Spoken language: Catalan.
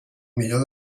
millor